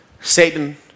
Satan